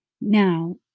Now